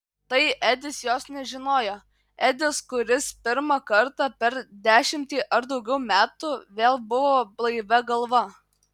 tai edis jos nežinojo edis kuris pirmą kartą per dešimtį ar daugiau metų vėl buvo blaivia galva